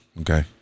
Okay